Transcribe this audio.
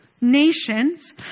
nations